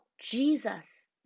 Jesus